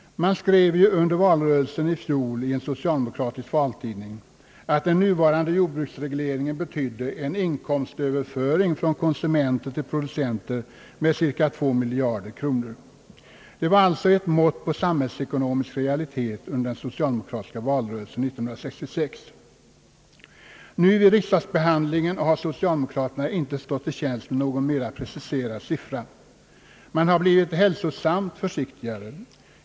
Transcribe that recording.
Man skrev ju under valrörelsen i fjol i en socialdemokratisk valtidning, att den nuvarande jordbruksregleringen betydde »en inkomstöverföring från konsumenter till producenter med cirka två miljarder kronor». Det var alltså ett mått på samhällsekonomisk realitet under den socialdemokratiska valrörelsen 1966. Nu vid riksdagsbehandlingen har socialdemokraterna inte stått till tjänst med någon mer preciserad siffra. Man har blivit hälsosamt försiktigare.